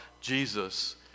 Jesus